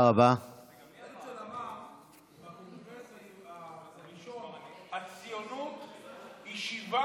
הרצל אמר בקונגרס הראשון: הציונות היא שיבה